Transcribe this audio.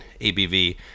ABV